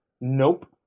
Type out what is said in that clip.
Nope